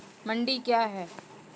मंडी क्या हैं?